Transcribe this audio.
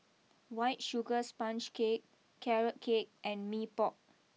White Sugar Sponge Cake Carrot Cake and Mee Pok